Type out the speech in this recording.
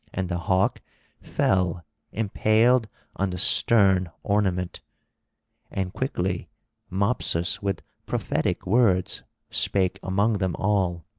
and the hawk fell impaled on the stern-ornament. and quickly mopsus with prophetic words spake among them all